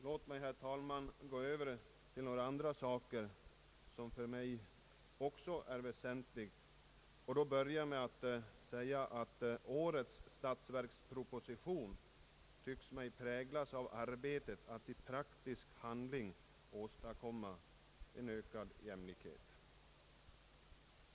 Låt mig, herr talman, nu gå över till några andra saker, som för mig också är väsentliga, och då börja med att säga att årets statsverksproposition tycks mig präglad av en strävan att i praktisk handling åstadkomma ökad jämlikhet.